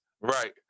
Right